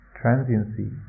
transiency